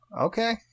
Okay